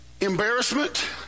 embarrassment